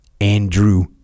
Andrew